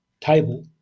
table